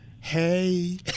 Hey